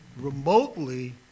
remotely